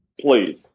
please